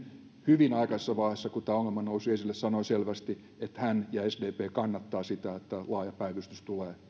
hyvin aikaisessa vaiheessa kun tämä ongelma nousi esille sanoi selvästi että hän kannattaa ja sdp kannattaa sitä että laaja päivystys tulee